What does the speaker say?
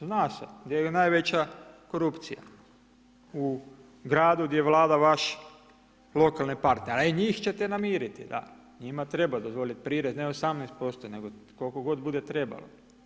Zna se, gdje je najveća korupcija, u gradu gdje vlada vaš lokalni partner, a i njih kaj ćete namiriti, da njima treba dozvoliti prirez, ne 18% nego koliko god bude trebalo.